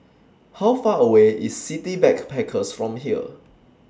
How Far away IS City Backpackers from here